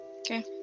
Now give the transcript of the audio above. Okay